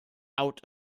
out